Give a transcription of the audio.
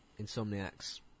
Insomniac's